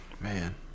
man